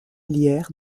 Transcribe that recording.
lierre